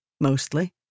mostly